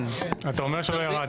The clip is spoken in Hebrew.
אתה אומר שלא ירגע.